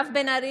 מירב בן ארי,